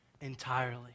entirely